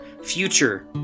future